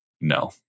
No